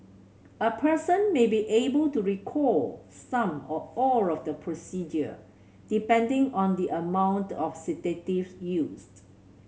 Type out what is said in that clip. a person may be able to recall some or all of the procedure depending on the amount of sedative used